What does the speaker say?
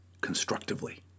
constructively